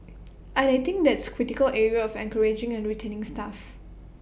and I think that's critical area of encouraging and retaining staff